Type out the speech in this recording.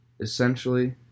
Essentially